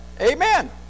Amen